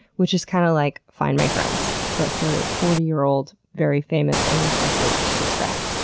which is kind of like find my friends but for forty year old very famous and respected spacecraft.